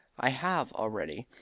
i have already,